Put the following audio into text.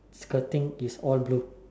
skirting is all blue